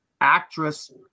actress